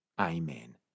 Amen